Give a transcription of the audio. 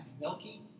milky